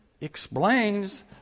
explains